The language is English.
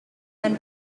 then